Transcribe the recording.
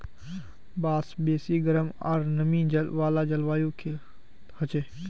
बांस बेसी गरम आर नमी वाला जलवायुत हछेक